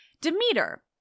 Demeter